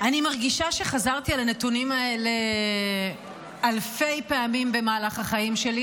אני מרגישה שחזרתי על הנתונים האלה אלפי פעמים במהלך החיים שלי,